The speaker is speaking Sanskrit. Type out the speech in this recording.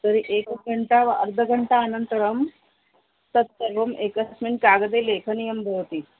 तर्हि एकघण्टा वा अर्दघण्टा अनन्तरं तत् सर्वम् एकस्मिन् कागदे लेखनीयं भवति